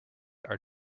are